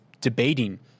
debating